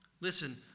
listen